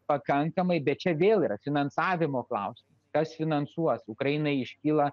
pakankamai bet čia vėl yra finansavimo klausimas kas finansuos ukrainai iškyla